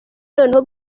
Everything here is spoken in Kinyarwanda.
noneho